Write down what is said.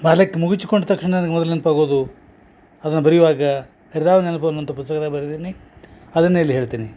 ಬಾಲ್ಯಕ ಮುಗುಚಿಕೊಂಡು ತಕ್ಷಣ ನಂಗ ಮೊದಲು ನೆನಪಾಗೋದು ಅದನ ಬರಿಯುವಾಗ ನೆನಪು ಅನ್ನುವಂಥ ಪುಸ್ತಕದಾಗ ಬರ್ದೀನಿ ಅದನ್ನೆ ಇಲ್ಲಿ ಹೇಳ್ತೀನಿ